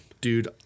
Dude